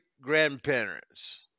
grandparents